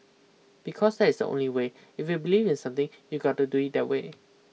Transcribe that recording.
because that is the only way if you believe in something you got to do it that way